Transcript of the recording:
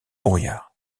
brouillard